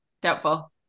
doubtful